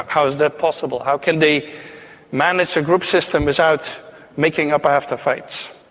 how is that possible? how can they manage a group system without making up after fights?